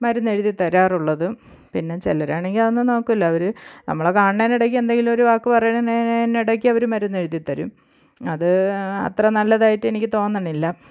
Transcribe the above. മരുന്ന് എഴുതി തരാറുള്ളത് പിന്നെ ചിലരാണെങ്കിൽ അതൊന്നും നോക്കില്ല അവർ നമ്മളെ കാണുന്നതിന് ഇടയ്ക്ക് എന്തെങ്കിലും ഒരു വാക്ക് പറയുന്നതിനിടയ്ക്ക് അവർ മരുന്ന് എഴുതിത്തരും അത് അത്ര നല്ലതായിട്ട് എനിക്ക് തോന്നണില്ല